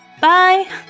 Bye